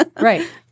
Right